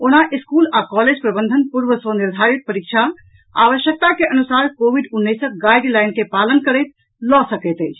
ओना स्कूल आ कॉलेज प्रबंधन पूर्व सँ निर्धारित परीक्षा आवश्यकता के अनुसार कोविड उन्नैसक गाईडलाइन के पालन करैत लऽ सकैत अछि